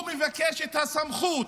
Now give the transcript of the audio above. הוא מבקש את הסמכות,